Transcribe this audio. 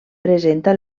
presenta